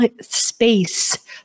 space